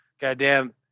goddamn